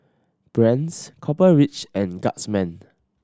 Brand's Copper Ridge and Guardsman